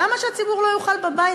למה שהציבור לא יוכל בבית,